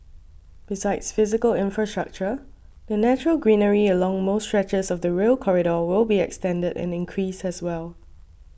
besides physical infrastructure the natural greenery along most stretches of the Rail Corridor will be extended and increased as well